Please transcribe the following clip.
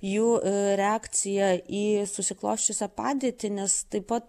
jų reakcija į susiklosčiusią padėtį nes taip pat